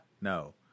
no